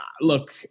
Look